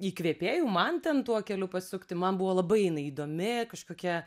įkvėpėjų man ten tuo keliu pasukti man buvo labai jinai įdomi kažkokia